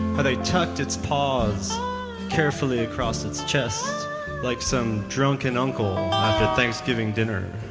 how they tucked its paws carefully across its chest like some drunken uncle after thanksgiving dinner.